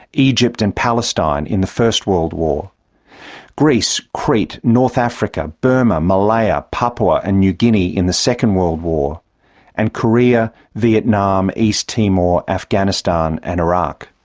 egypt and palestine in the first world war greece, crete, north africa, burma, malaya, papua and new guinea in the second world war and korea, vietnam, east timor, afghanistan and iraq.